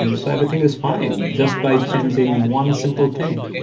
and so everything is fine just by changing one simple thing.